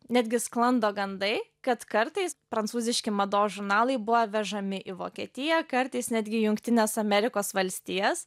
netgi sklando gandai kad kartais prancūziški mados žurnalai buvo vežami į vokietiją kartais netgi į jungtines amerikos valstijas